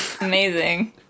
amazing